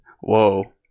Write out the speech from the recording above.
Whoa